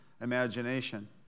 imagination